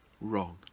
wrong